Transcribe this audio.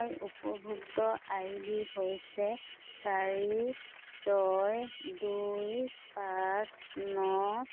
মোৰ উপভোক্তা I D হৈছে চাৰি ছয় দুই পাঁচ ন